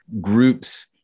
groups